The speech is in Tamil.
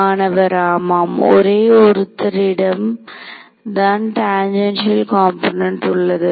மாணவர் ஆமாம் ஒரே ஒருத்தரிடம் தான் டாஞ்சென்ஷியல் காம்போனென்ட் உள்ளது